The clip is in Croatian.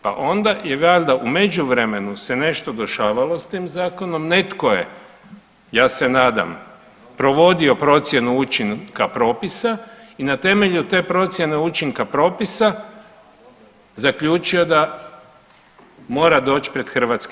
Pa onda je valjda u međuvremenu se nešto dešavalo s tim zakonom, netko je, ja se nadam provodio procjenu učinka propisa i na temelju te procjene učinka propisa zaključio da mora doć pred HS.